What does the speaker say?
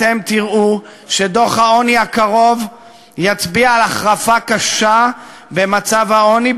אתם תראו שדוח העוני הקרוב יצביע על החרפה קשה במצב העוני,